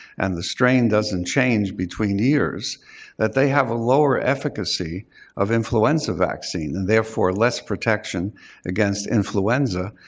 and the strain doesn't change between years that they have a lower efficacy of influenza vaccine, therefore less protection against influenza.